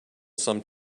some